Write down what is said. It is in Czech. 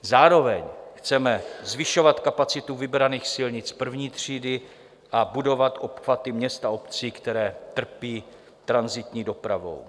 Zároveň chceme zvyšovat kapacitu vybraných silnic I. třídy a budovat obchvaty měst a obcí, které trpí tranzitní dopravou.